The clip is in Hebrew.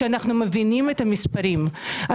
שאנחנו מבינים את המספרים,